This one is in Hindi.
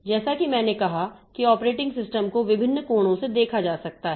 जैसा कि मैंने कहा कि ऑपरेटिंग सिस्टम को विभिन्न कोणों से देखा जा सकता है